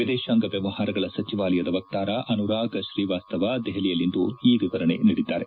ವಿದೇಶಾಂಗ ವ್ಯವಹಾರಗಳ ಸಚಿವಾಲಯದ ವಕ್ತಾರ ಅನುರಾಗ್ ಶ್ರೀವಾಸ್ತವ ದೆಹಲಿಯಲ್ಲಿಂದು ಈ ವಿವರಣೆ ನೀಡಿದ್ದಾರೆ